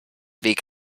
weg